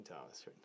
Thomas